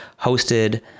hosted